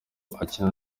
akina